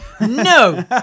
No